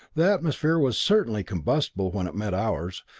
the atmosphere was certainly combustible when it met ours,